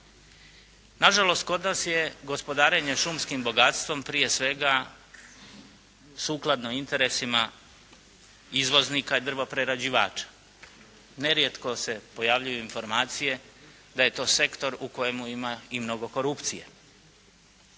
Na žalost, kod nas je gospodarenje šumskim bogatstvom prije svega sukladno interesima izvoznika i drvoprerađivača. Nerijetko se pojavljuju informacije da je to sektor u kojemu ima i mnogo korupcije.